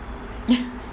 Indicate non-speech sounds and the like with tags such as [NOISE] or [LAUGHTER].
[LAUGHS]